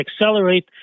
accelerate